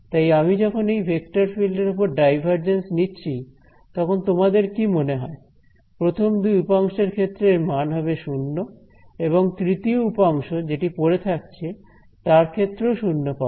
তাই আমি যখন এই ভেক্টর ফিল্ড এর উপর ডাইভারজেন্স নিচ্ছি তখন তোমাদের কি মনে হয় প্রথম দুই উপাংশের ক্ষেত্রে এর মান হবে 0 এবং তৃতীয় উপাংশ যেটি পড়ে থাকছে তার ক্ষেত্রেও শুন্য পাব